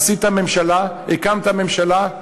עשית ממשלה, הקמת ממשלה,